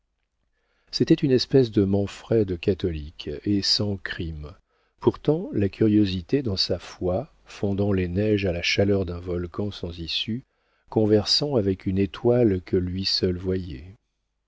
c'était une espèce de manfred catholique et sans crime portant la curiosité dans sa foi fondant les neiges à la chaleur d'un volcan sans issue conversant avec une étoile que lui seul voyait